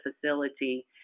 facility